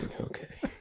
Okay